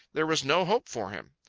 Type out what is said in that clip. there was no hope for him.